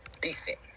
decent